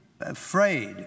afraid